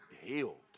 healed